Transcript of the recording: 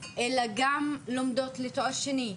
אלא גם לומדות לתואר שני,